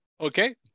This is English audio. Okay